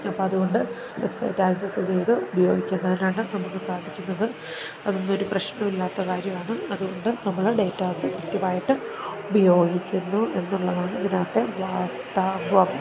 അപ്പോൾ അതുകൊണ്ട് website access ചെയ്ത് ഉപയോഗിക്കുന്നതിനാണ് നമുക്ക് സാധിക്കുന്നത് അതൊന്നുമൊരു പ്രശ്നമില്ലാത്ത കാര്യമാണ് അതുകൊണ്ട് നമ്മൾ ഡേറ്റാസ് കൃത്യമായിട്ട് ഉപയോഗിക്കുന്നു എന്നുള്ളതാണ് ഇതിനകത്തെ വാസ്തവം